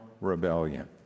rebellion